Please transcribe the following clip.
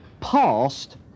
passed